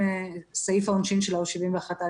סעיף העונשין שלה הוא 71א,